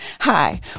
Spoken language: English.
hi